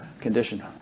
condition